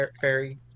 fairy